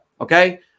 Okay